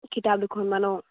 কিতাপ দুখন মান অঁ